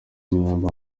umunyamabanga